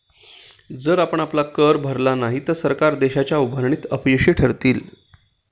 जर आपण कर भरला नाही तर सरकार देशाच्या उभारणीत अपयशी ठरतील